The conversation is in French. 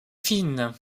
fine